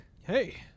Hey